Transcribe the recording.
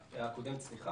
הקודמת.